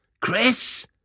Chris